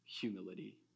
humility